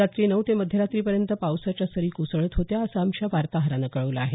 रात्री नऊ ते मध्यरात्री पर्यंत पावसाच्या सरी कोसळत होत्या असं आमच्या वार्ताहरानं कळवलं आहे